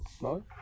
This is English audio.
No